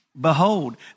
Behold